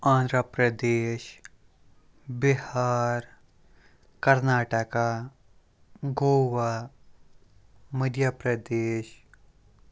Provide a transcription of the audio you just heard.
Andhra Pradesh Bihar Karnataka Goa Madhya Pradesh